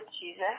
Jesus